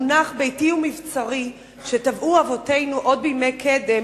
המונח "ביתי הוא מבצרי" שטבעו אבותינו עוד בימי קדם